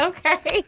Okay